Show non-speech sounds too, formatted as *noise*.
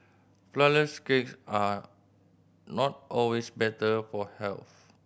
flourless *unintelligible* are not always better for health